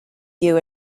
you